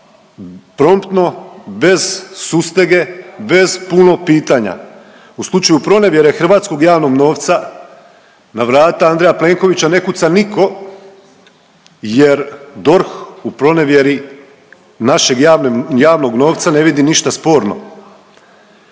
promptno bez sustege, bez puno pitanja. U slučaju pronevjere hrvatskog javnog novca na vrata Andreja Plenkovića ne kuca nitko jer DORH u pronevjeri našeg javnog novca ne vidi ništa sporno.